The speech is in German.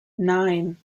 nein